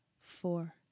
four